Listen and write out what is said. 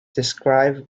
describe